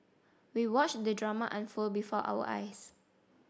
we watched the drama unfold before our eyes